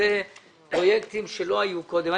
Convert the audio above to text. אלה פרויקטים שלא היו קודם.